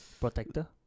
Protector